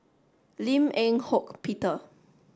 Lim Eng Hock Peter